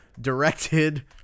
directed